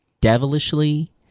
devilishly